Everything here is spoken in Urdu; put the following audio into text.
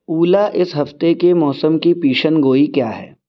اولا اس ہفتے کے موسم کی پیشن گوئی کیا ہے